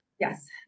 Yes